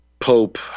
Pope